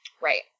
Right